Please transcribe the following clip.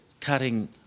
cutting